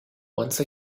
once